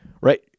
right